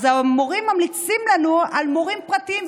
אז המורים ממליצים לנו על מורים פרטיים,